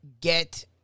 get